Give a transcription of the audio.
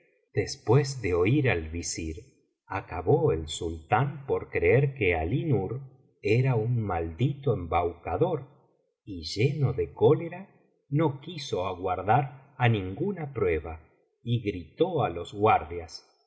después de oir al visir acabó el sultán por creer que alí nur era un maldito embaucador y lleno de cólera no quiso aguardar á ninguna prueba y gritó á los guardias